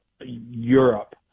Europe